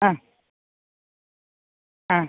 ആ ആ